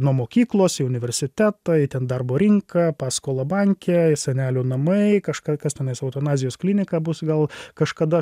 nuo mokyklos į universitetą į ten darbo rinką paskolą banke į senelių namai kažką kas tenais eutanazijos klinika bus gal kažkada